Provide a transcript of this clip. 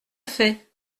fait